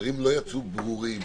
הדברים לא יצאו ברורים,